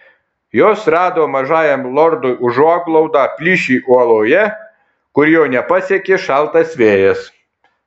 jos rado mažajam lordui užuoglaudą plyšį uoloje kur jo nepasiekė šaltas vėjas